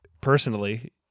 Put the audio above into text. personally